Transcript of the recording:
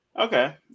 okay